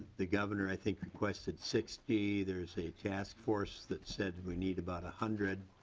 the governor i think requested sixty. there is a task force that said we need about a hundred.